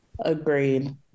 Agreed